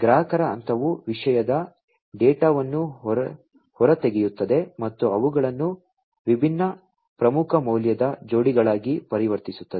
ಗ್ರಾಹಕರ ಹಂತವು ವಿಷಯದ ಡೇಟಾವನ್ನು ಹೊರತೆಗೆಯುತ್ತದೆ ಮತ್ತು ಅವುಗಳನ್ನು ವಿಭಿನ್ನ ಪ್ರಮುಖ ಮೌಲ್ಯದ ಜೋಡಿಗಳಾಗಿ ಪರಿವರ್ತಿಸುತ್ತದೆ